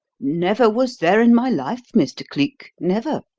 never was there in my life, mr. cleek never.